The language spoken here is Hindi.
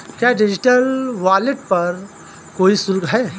क्या डिजिटल वॉलेट पर कोई शुल्क है?